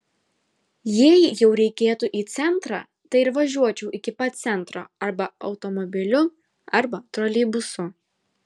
jei jau reikėtų į centrą tai ir važiuočiau iki pat centro arba automobiliu arba troleibusu